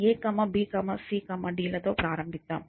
a b c d ల తో ప్రారంభిద్దాం